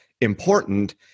important